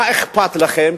מה אכפת לכם?